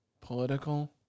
political